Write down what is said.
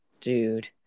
dude